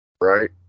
Right